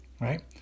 right